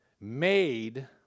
made